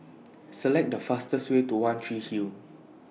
Select The fastest Way to one Tree Hill